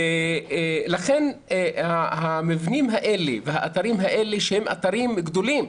לכן המבנים האלה והאתרים האלה שהם אתרים גדולים,